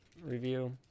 review